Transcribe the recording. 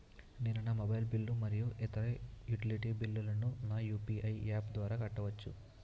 నేను నా మొబైల్ బిల్లులు మరియు ఇతర యుటిలిటీ బిల్లులను నా యు.పి.ఐ యాప్ ద్వారా కట్టవచ్చు